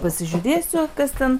pasižiūrėsiu kas ten